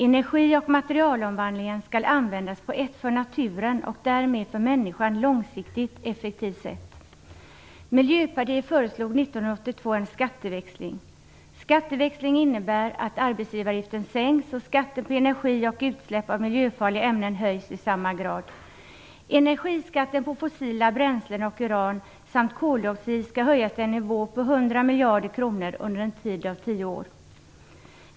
Energi och materialomvandlingen skall användas på ett för naturen, och därmed för människan, långsiktigt effektivt sätt. Miljöpartiet föreslog 1982 en skatteväxling. Det innebär att arbetsgivaravgiften sänks, och skatten på energi och utsläpp av miljöfarliga ämnen höjs i samma grad. Energiskatten på fossila bränslen och uran samt koldioxid skall höjas till en nivå på 100 miljarder kronor under en tid av tio år.